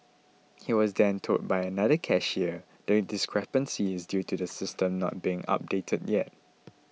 he was then told by another cashier the discrepancy is due to the system not being updated yet